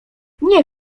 nie